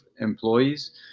employees